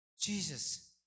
Jesus